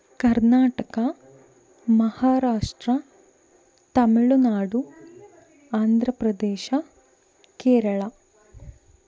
Karnataka Maharashtra Tamil Nadu Andhra Pradesh Kerala